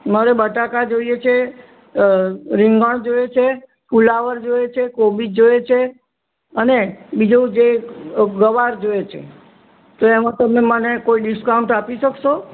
મારે બટાકા જોઈએ છે રીંગણ જોઈએ છે ફુલાવર જોઈએ છે કોબીજ જોઈએ છે અને બીજું જે ગવાર જોઈએ છે તો એમાં તમે મને કોઈ ડિસ્કાઉન્ટ આપી શકશો